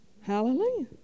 Hallelujah